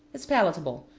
is palatable,